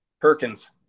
Perkins